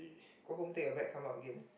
go home take your bag come out again